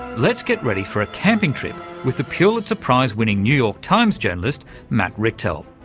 let's get ready for a camping trip with the pulitzer prizewinning new york times journalist, matt richtel,